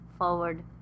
forward